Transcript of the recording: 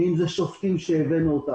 שופטים שהבאנו,